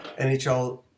NHL